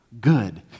Good